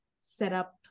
setup